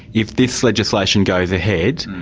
if this legislation goes ahead,